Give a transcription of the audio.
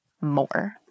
more